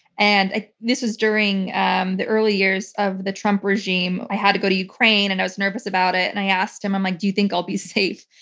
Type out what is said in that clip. and ah this was during um the early years of the trump regime. i had to go to ukraine and i was nervous about it. and i asked him, i'm like, do you think i'll be safe?